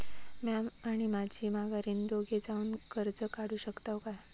म्या आणि माझी माघारीन दोघे जावून कर्ज काढू शकताव काय?